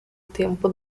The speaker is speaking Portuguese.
tempo